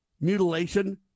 mutilation